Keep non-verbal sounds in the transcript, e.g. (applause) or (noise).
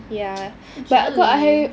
(noise) aku jelly